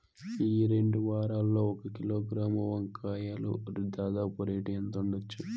ఈ రెండు వారాల్లో ఒక కిలోగ్రాము వంకాయలు దాదాపు రేటు ఎంత ఉండచ్చు?